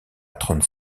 trente